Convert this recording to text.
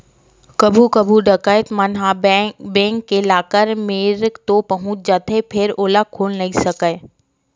कभू कभू डकैत मन ह बेंक के लाकर मेरन तो पहुंच जाथे फेर ओला खोल नइ सकय